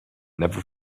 never